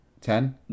Ten